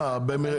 מה,